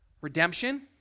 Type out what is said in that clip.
redemption